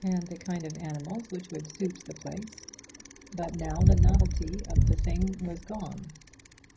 and the kind of animals which would suit the place but now the novelty of the thing was gone